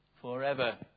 forever